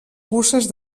curses